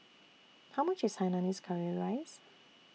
How much IS Hainanese Curry Rice